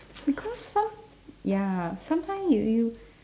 because some~ ya sometime you you